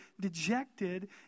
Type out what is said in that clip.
dejected